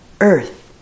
earth